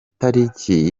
tariki